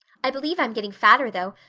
i believe i'm getting fatter, though.